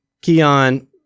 Keon